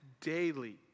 daily